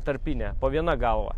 tarpinę po viena galva